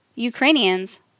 Ukrainians